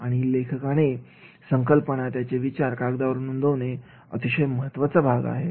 आणि लेखकाने संकल्पनात्याचे विचार कागदावर नोंदवणे अतिशय महत्त्वाचा भाग आहे